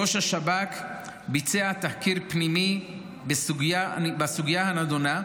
ראש השב"כ ביצע תחקיר פנימי בסוגיה הנדונה,